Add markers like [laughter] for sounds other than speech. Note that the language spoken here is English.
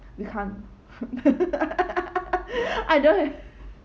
you can't [laughs] [breath] I don't have